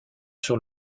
sur